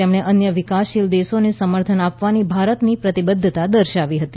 તેમણે અન્ય વિકાસશીલ દેશોને સમર્થન આપવાની ભારતની પ્રતિબધ્ધતા દર્શાવી હતી